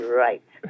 right